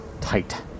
tight